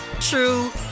true